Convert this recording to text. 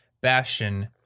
Bastion